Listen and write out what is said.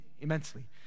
immensely